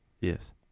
Yes